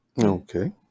okay